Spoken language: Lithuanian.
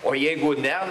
o jeigu ne